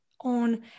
on